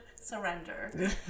Surrender